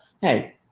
hey